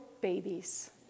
babies